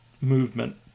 movement